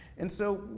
and so,